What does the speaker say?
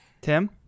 Tim